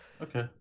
Okay